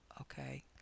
okay